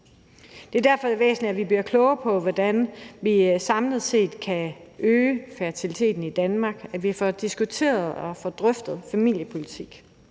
Det er derfor væsentligt, at vi bliver klogere på, hvordan vi samlet set kan øge fertiliteten i Danmark – at vi får diskuteret og drøftet familiepolitik;